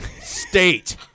State